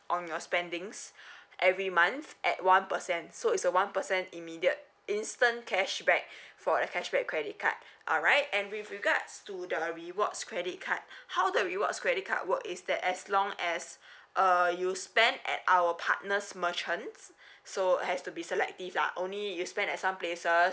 on your spendings every month at one percent so it's a one percent immediate instant cashback for a cashback credit card alright and with regards to the rewards credit card how the rewards credit card work is that as long as uh you spend at our partners merchants so has to be selective lah only you spend at some places